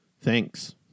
Thanks